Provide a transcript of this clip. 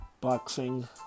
boxing